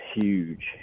huge